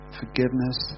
forgiveness